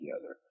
together